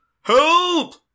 Help